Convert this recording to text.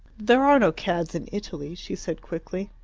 there are no cads in italy, she said quickly.